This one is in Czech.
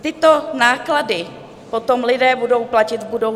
Tyto náklady potom lidé budou platit v budoucnu.